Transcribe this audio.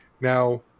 Now